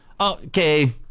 Okay